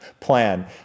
Plan